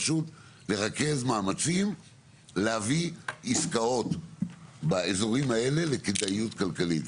פשוט לרכז מאמצים להביא עסקאות באזורים האלה לכדאיות כלכלית,